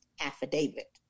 affidavit